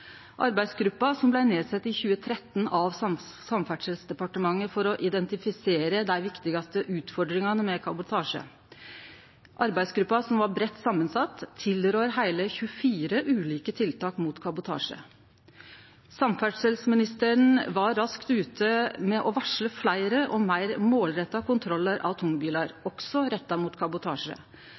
Arbeidsgruppa blei nedsett i 2013 av Samferdselsdepartementet for å identifisere dei viktigaste utfordringane med kabotasje. Arbeidsgruppa, som var breitt samansett, tilrår heile 24 ulike tiltak mot kabotasje. Samferdselsministeren var raskt ute med å varsle fleire og meir målretta kontrollar av tungbilar, også retta mot kabotasje.